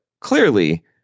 clearly